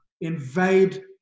invade